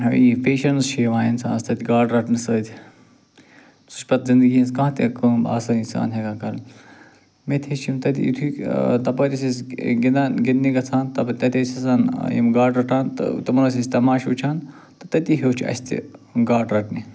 یہِ پیشَنٕز چھِ یِوان اِنسانس تَتہِ گاڈٕ رَٹنہٕ سۭتۍ سُہ چھُ پتَہٕ زندگی ہِنٛز کانٛہہ تہِ کٲم آسٲنی سان ہٮ۪کان مےٚ تہِ ہیٚچھ یِم تٔتی یُتھُے تپٲرۍ ٲسۍ أسۍ گِںٛدان گِنٛدنہِ گژھان تَتہِ أسۍ آسان یِم گاڈٕ رَٹان تہٕ تِمَن ٲسۍ أسۍ تماشہٕ وٕچھان تہٕ تٔتی ہیوٚچھ اَسہِ تہِ گاڈٕ رَٹنہِ